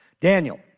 Daniel